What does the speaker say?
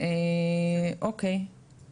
אם